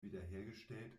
wiederhergestellt